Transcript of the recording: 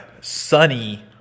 sunny